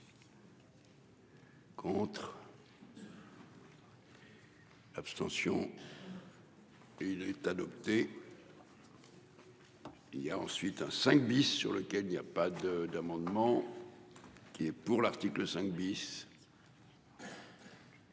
5. Abstention. Une est adopté. Il y a ensuite un 5 bis sur lequel il n'y a pas de d'amendements. Qui est pour l'article 5 bis.